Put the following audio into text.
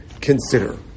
consider